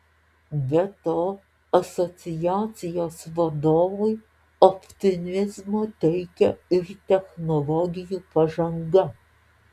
be to asociacijos vadovui optimizmo teikia ir technologijų pažanga